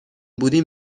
بودیم